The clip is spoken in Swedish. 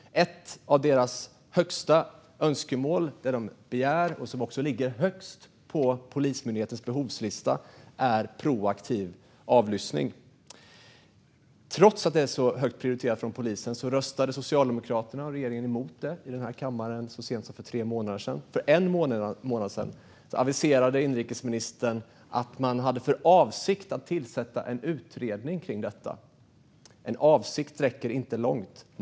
Ett av deras högsta önskemål är proaktiv avlyssning. Det är något som de begär och som också ligger högst på Polismyndighetens behovslista. Trots att det är så högt prioriterat från polisen röstade Socialdemokraterna och regeringen emot det i den här kammaren så sent som för tre månader sedan. För en månad sedan aviserade dock inrikesministern att man hade för avsikt att tillsätta en utredning om detta. Men en avsikt räcker inte långt.